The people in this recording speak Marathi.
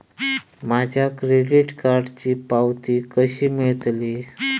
माझ्या क्रेडीट कार्डची पावती कशी मिळतली?